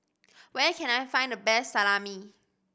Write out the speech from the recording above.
where can I find the best Salami